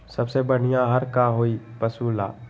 सबसे बढ़िया आहार का होई पशु ला?